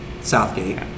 Southgate